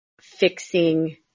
fixing